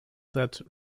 that